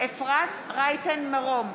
אפרת רייטן מרום,